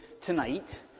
tonight